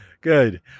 Good